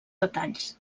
detalls